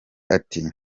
ati